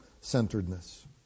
centeredness